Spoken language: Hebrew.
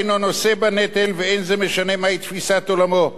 ואין זה משנה מהי תפיסת עולמו וממה היא נובעת,